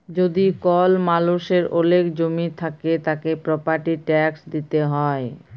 যদি কল মালুষের ওলেক জমি থাক্যে, তাকে প্রপার্টির ট্যাক্স দিতে হ্যয়